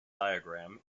diagram